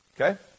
Okay